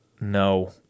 No